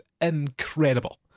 incredible